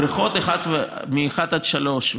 הבריכות מ-1 עד 3,